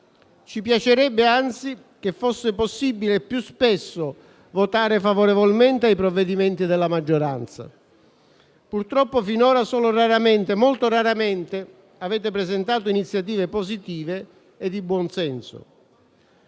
ci piacerebbe, anzi, che fosse possibile più spesso votare favorevolmente i provvedimenti della maggioranza, ma purtroppo finora solo molto raramente avete presentato iniziative positive e di buon senso.